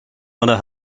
other